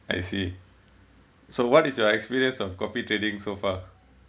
I see so what is your experience of competing so far